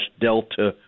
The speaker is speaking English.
Delta